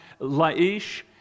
Laish